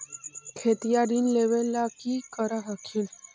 खेतिया पर ऋण लेबे ला की कर हखिन?